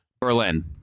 Berlin